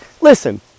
Listen